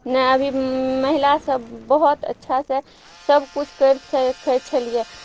ने अभी महिला सब बहुत अच्छासँ सबकिछु करि सकय छलियै